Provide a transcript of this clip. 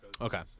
Okay